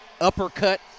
uppercut